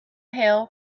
hail